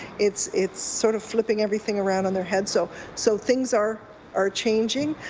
it's it's sort of flipping everything around on their heads. so so things are are changing.